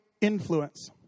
influence